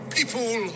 People